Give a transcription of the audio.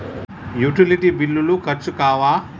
Utility బిల్లులు ఖర్చు కావా?